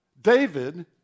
David